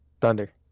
Thunder